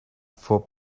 for